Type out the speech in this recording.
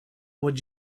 would